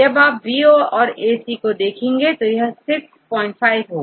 जब आप B और AC तो यहां6 5 होगा